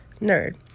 nerd